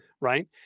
right